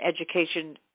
education